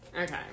Okay